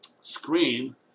screen